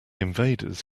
invaders